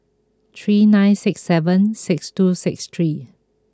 three nine six seven six two six three